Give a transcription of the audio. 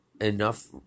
enough